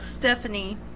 Stephanie